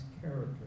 character